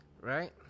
right